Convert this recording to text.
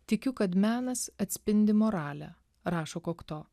tikiu kad menas atspindi moralę rašo kokto